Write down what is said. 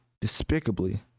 despicably